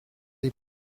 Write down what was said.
des